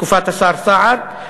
בתקופת השר סער,